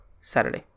Saturday